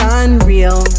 unreal